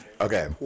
Okay